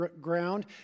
ground